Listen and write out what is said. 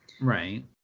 right